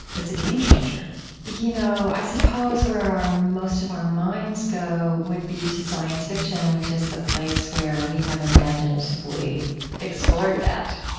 it's a game-changer you know, i suppose where most of our minds go would be to science fiction, which is the place where we have imaginatively explored that.